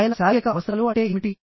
ఆయన శారీరక అవసరాలు అంటే ఏమిటి